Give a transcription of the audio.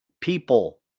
people